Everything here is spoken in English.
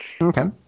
Okay